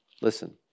listen